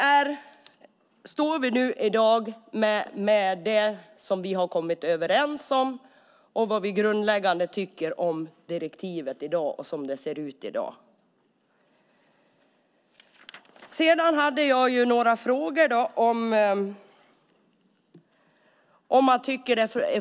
Vi står här med det som vi har kommit överens om och med det vi tycker om direktivet och hur det ser ut i dag.